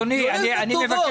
שלא יעשה טובות.